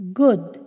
good